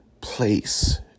place